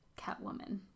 Catwoman